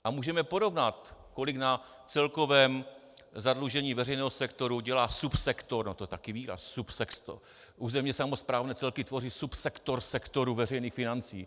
A můžeme porovnat, kolik na celkovém zadlužení veřejného sektoru dělá subsektor no to je také výraz subsektor, územně samosprávné celky tvoří subsektor sektoru veřejných financí.